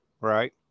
right